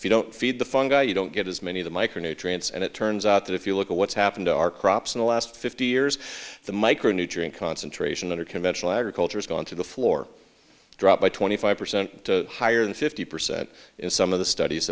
if you don't feed the fungal you don't get as many of the micronutrients and it turns out that if you look at what's happened to our crops in the last fifty years the micronutrient concentration under conventional agriculture has gone to the floor drop by twenty five percent higher than fifty percent in some of the studies